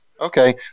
okay